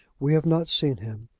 we have not seen him,